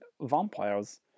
vampires